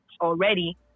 already